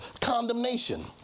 condemnation